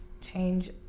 change